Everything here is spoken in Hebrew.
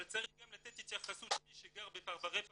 אבל צריך גם לתת התייחסות למי שגר בפרברי פריז,